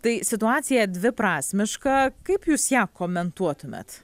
tai situacija dviprasmiška kaip jūs ją komentuotumėt